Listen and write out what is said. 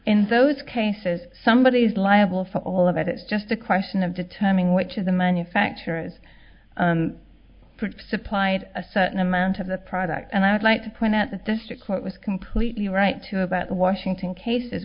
in those cases somebody is liable for all of it it's just a question of determining which of the manufacturers supplied a certain amount of the product and i would like to point out that district court was completely right to about the washington cases